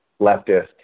leftist